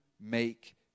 make